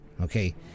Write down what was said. okay